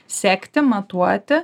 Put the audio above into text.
sekti matuoti